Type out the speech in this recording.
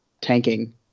tanking